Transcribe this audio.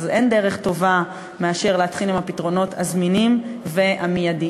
אז אין דרך טובה מאשר להתחיל עם הפתרונות הזמינים והמיידיים.